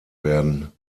werden